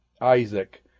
Isaac